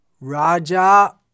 Raja